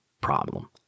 problem